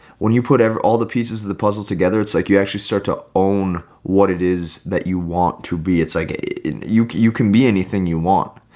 when you put all the pieces of the puzzle together, it's like you actually start to own what it is that you want to be. it's like you you can be anything you want.